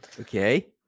okay